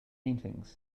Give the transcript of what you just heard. paintings